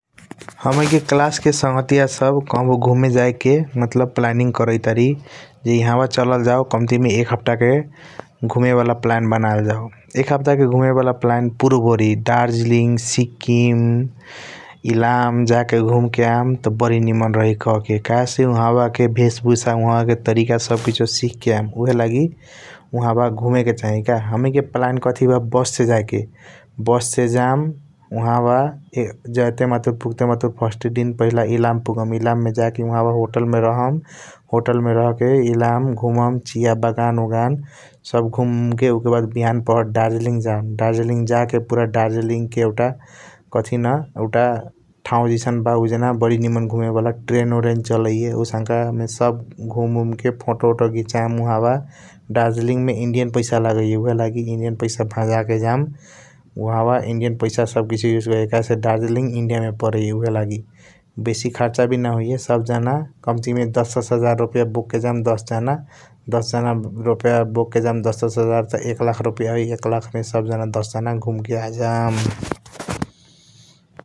हमीनिके क्लास के संघातीय सब कहबों घूमे जेके प्लैनिंग कारियातरी ज ईहाबा चलाल जो कमाती मे एक हपट के घूमे वाला प्लान बनायल जो एक हपट क घूमे वाला प्लान पूर्व ओरई दार्जिलिंग, सिकीम, इलाम, जाके घूम के आम त बारी निमन रही कहक । कहे स उहब के वेस भूसा उहब के तरीका सब किसियों सिख के आम ऊहएलगी उहबा घूमे के चाही का । हमणिके प्लान काठी बा बस से जायके बस से जाम उहब जयते माथुर पूगतेमथुर फर्स्ट दिन इलाम पूगम । इलाम मे जाके पहिला होटल मे रहम होटल मे रहा के इलाम घूमे चिया बागान ऑगन सब घूमे क । बिहान दार्जिलिंग जाम दार्जिलिंग जाके पूरा दार्जिलिंग जाके काठी न एउटा ठाऊ जैसन ब । उआजना बारी निमन घूमे वाला बारी निमन ट्रेन चलियाया आउंसक मे घूम के फोटो घिचम उआहबा । दार्जिलिंग मे इंडियन पैसा लागैया ऊहएलगी इंडियन पैसा भज के जाम उहब इंडियन पैसा उसे करिया । कहे से दार्जिलिंग इंडियनमे परिया उहएलगी बेसी खर्च वी न होयया सब जाना कंटीमे दस दस हजार रुपैया बोलके जाम दस जाना त एकलख रुपैया होई रकलख मे दस जाना घूम के आजम ।